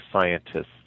scientists